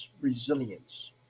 resilience